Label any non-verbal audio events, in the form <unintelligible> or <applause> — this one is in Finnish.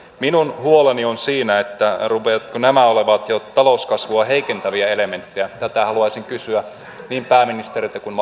minun huoleni on siinä rupeavatko nämä olemaan jo talouskasvua heikentäviä elementtejä tätä haluaisin kysyä niin pääministeriltä kuin <unintelligible>